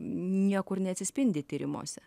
niekur neatsispindi tyrimuose